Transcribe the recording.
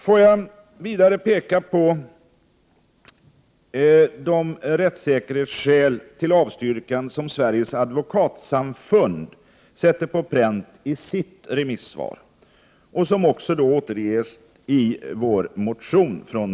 Får jag vidare peka på de rättssäkerhetsskäl som ligger bakom Sveriges advokatsamfunds avstyrkande i sitt remissvar, som för övrigt återges i vår motion.